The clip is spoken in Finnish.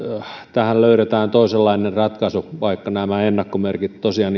tähän löydetään toisenlainen ratkaisu vaikka nämä ennakkomerkit tosiaan